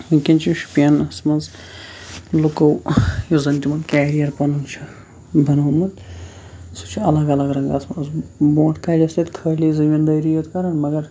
وٕنکین چھُ شُپیَنَس منٛز لُکو یُس زَن تِمَن کیٚریَر پَنُن چھُ بَنومُت سُہ چھُ الگ الگ رَنگَس منٛز برونٛٹھ کالہِ تَتہِ خٲلی زٔمیٖندٲری یوت کَران مگر